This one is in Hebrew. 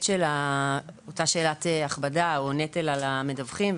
של אותה שאלת הכבדה או נטל על המדווחים,